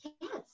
Yes